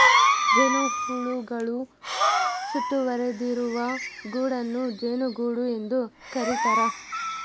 ಜೇನುಹುಳುಗಳು ಸುತ್ತುವರಿದಿರುವ ಗೂಡನ್ನು ಜೇನುಗೂಡು ಎಂದು ಕರೀತಾರ